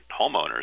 homeowners